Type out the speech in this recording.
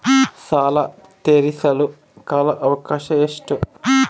ಸಾಲ ತೇರಿಸಲು ಕಾಲ ಅವಕಾಶ ಎಷ್ಟು?